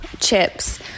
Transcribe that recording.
chips